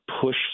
push